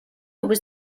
was